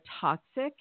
toxic